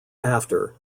after